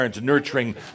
nurturing